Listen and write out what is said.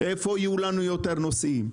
איפה יהיו לנו יותר נוסעים.